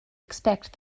expect